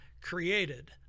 created